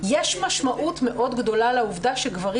יש משמעות מאוד גדולה לעובדה שגברים